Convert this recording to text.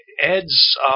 Ed's